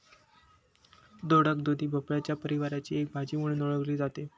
दोडक, दुधी भोपळ्याच्या परिवाराची एक भाजी म्हणून ओळखली जाते